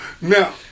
now